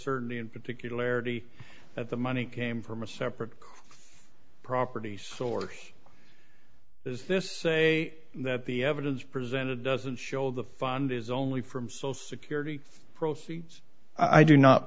certainty and particularly at the money came from a separate properties or is this say that the evidence presented doesn't show the fund is only from so security proceeds i do not